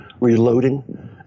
reloading